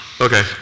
okay